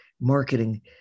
marketing